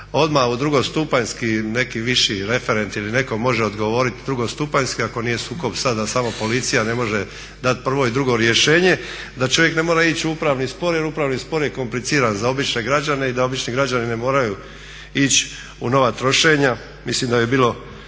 odmah drugostupanjski neki viši referent ili netko može odgovoriti drugostupanjski ako nije sukob da samo policija ne može dati prvo i drugo rješenje. Da čovjek ne mora ići u upravni spor jer upravni spor je kompliciran za obične građane i da obični građani ne moraju ići u nova trošenja. Mislim da bi bilo